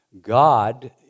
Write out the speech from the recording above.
God